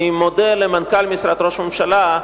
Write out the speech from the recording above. אני מודה למנכ"ל משרד ראש הממשלה,